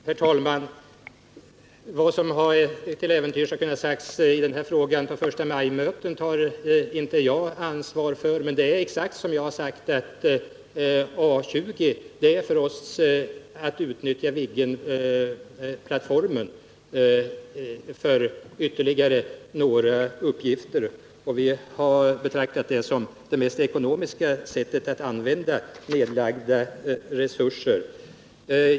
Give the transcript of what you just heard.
Herr talman! Vad som till äventyrs kan ha sagts i denna fråga i samband med förstamajmötena tar jag inte ansvar för. Det förhåller sig exakt som jag har sagt, att A 20 för oss innebär att man utnyttjar Viggenplattformen för ytterligare några uppgifter. Vi har betraktat det som det mest ekonomiska sättet att använda nedlagda pengar.